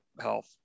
health